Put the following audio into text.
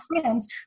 friends